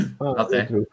okay